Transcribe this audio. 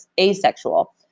asexual